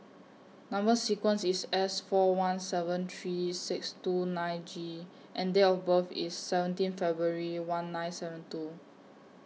Number sequence IS S four one seven three six two nine G and Date of birth IS seventeen February one nine seven two